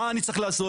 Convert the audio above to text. מה אני צריך לעשות?